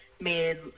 made